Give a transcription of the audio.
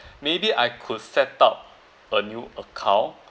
maybe I could set up a new account